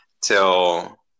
till